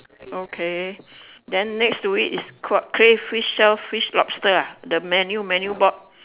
okay then next to it is cray crayfish shellfish lobster ah the menu menu board